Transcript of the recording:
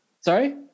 sorry